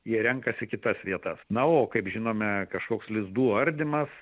jie renkasi kitas vietas na o kaip žinome kažkoks lizdų ardymas